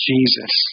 Jesus